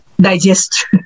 digest